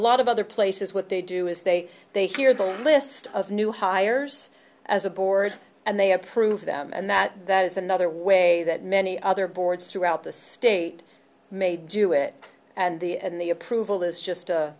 lot of other places what they do is they they hear the list of new hires as a board and they approve them and that that is another way that many other boards throughout the state may do it and the and the approval is just